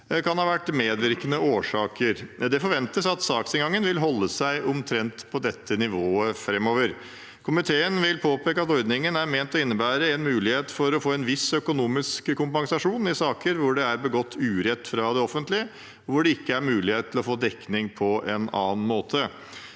kan ha vært medvirkende årsaker. Det forventes at saksinngangen vil holde seg omtrent på dette nivået framover. Komiteen vil påpeke at ordningen er ment å innebære en mulighet for å få en viss økonomisk kompensasjon i saker hvor det er begått urett fra det offentlige, hvor det ikke er mulighet til å få dekning på annen måte.